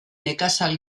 nekazal